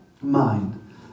mind